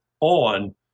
on